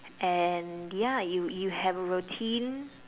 and ya you you have routine